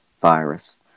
virus